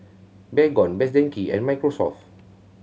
Baygon Best Denki and Microsoft